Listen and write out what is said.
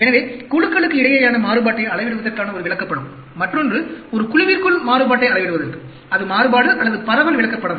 எனவே குழுக்களுக்கிடையேயான மாறுபாட்டை அளவிடுவதற்கான ஒரு விளக்கப்படம் மற்றொன்று ஒரு குழுவிற்குள் மாறுபாட்டை அளவிடுவதற்கு அது மாறுபாடு அல்லது பரவல் விளக்கப்படம்